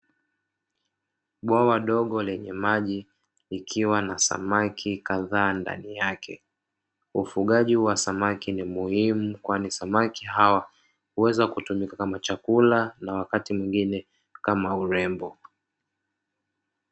Bwawa dogo lenye maji, likiwa na Samaki kadhaa ndani yake. Ufugaji wa samaki ni muhimu, kwani samaki hawa huweza kutumika kama chakula na wakati mwingine kama urembo.